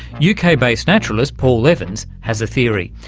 uk-based naturalist paul evans has a theory.